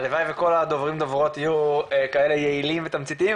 הלוואי וכל הדוברים/דוברות יהיו כאלה יעילים ותמציתיים,